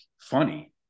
funny